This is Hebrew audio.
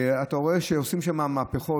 ואתה רואה שעושים שם מהפכות,